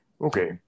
okay